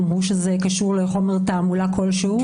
אומרים שזה קשור לחומר תעמולה כלשהו.